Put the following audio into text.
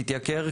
תתייקר,